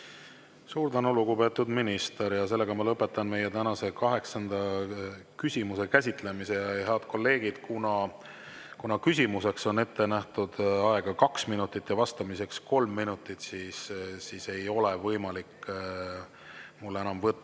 Suur tänu, lugupeetud minister! Ma lõpetan meie tänase kaheksanda küsimuse käsitlemise. Head kolleegid, kuna küsimuseks on ette nähtud aega kaks minutit ja vastamiseks kolm minutit, siis ei ole võimalik mul enam võtta